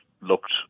looked